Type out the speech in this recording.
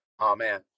Amen